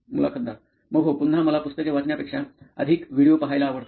मुलाखतदार मग हो पुन्हा मला पुस्तके वाचण्यापेक्षा अधिक व्हिडिओ पहायला आवडतात